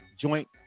joint